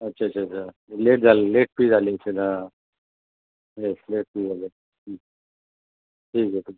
अच्छा अच्छा अच्छा लेट झाले लेट फी झाली असेल हां लेट लेट फी झाली ठीक आहे ठीक